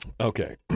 Okay